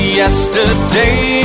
yesterday